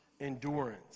Endurance